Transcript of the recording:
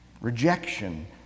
rejection